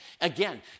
Again